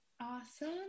Awesome